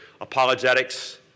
apologetics